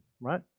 right